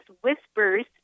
whispers